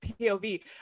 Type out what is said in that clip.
pov